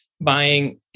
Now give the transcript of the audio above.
buying